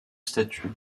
statues